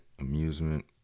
amusement